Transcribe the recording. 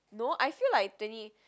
no I feel like twenty